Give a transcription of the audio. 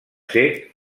ser